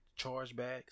chargebacks